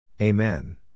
Amen